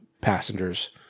passengers